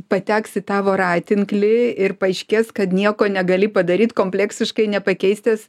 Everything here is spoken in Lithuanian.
pateks į tą voratinklį ir paaiškės kad nieko negali padaryt kompleksiškai nepakeistas